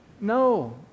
No